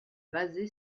basé